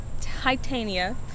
Titania